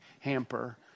hamper